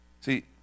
See